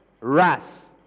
wrath